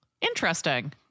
Interesting